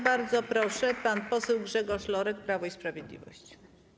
Bardzo proszę, pan poseł Grzegorze Lorek, Prawo i Sprawiedliwość.